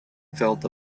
felt